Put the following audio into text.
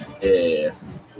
Yes